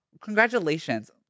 Congratulations